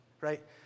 right